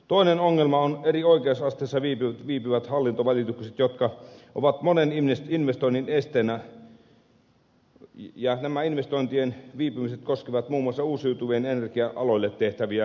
toinen ongelma on eri oikeusasteissa viipyvät hallintovalitukset jotka ovat monen investoinnin esteenä ja nämä investointien viipymiset koskevat muun muassa uusiutuvan energian alalla tehtäviä investointeja